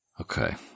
Okay